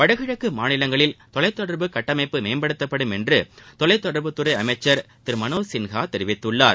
வடகிழக்கு மாநிலங்களில் தொலைத் தொடர்பு கட்டமைப்பு மேம்படுத்தப்படும் என்று தொலைத் தொடர்புத்துறை அமைச்சர் திரு மனோஜ் சின்ஹா தெரிவித்துள்ளார்